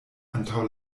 antaŭ